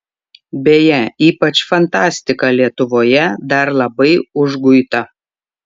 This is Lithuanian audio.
beje ypač fantastika lietuvoje dar labai užguita